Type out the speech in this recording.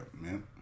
man